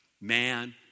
man